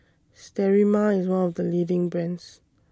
Sterimar IS one of The leading brands